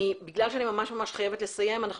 בגלל שאני ממש ממש חייבת לסיים אנחנו